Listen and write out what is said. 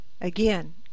again